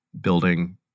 building